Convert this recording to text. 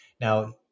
now